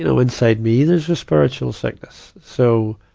you know inside me there's a spiritual sickness. so,